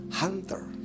hunter